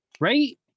Right